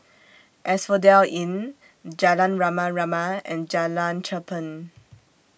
Asphodel Inn Jalan Rama Rama and Jalan Cherpen